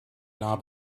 knob